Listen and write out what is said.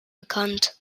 bekannt